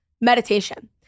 meditation